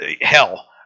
hell